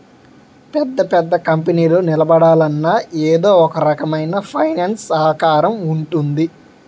పెద్ద పెద్ద కంపెనీలు నిలబడాలన్నా ఎదో ఒకరకమైన ఫైనాన్స్ సహకారం ఉంటుంది